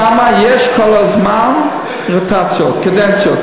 שם יש כל הזמן רוטציות, קדנציות.